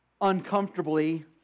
uncomfortably